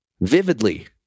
vividly